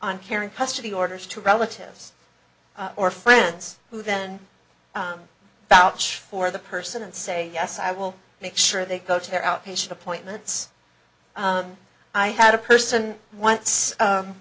on caring custody orders to relatives or friends who then vouch for the person and say yes i will make sure they go to their outpatient appointments i had a person once